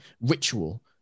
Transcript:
ritual